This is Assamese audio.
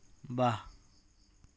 ৱাহ